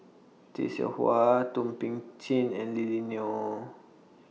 Tay Seow Huah Thum Ping Tjin and Lily Neo